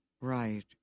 Right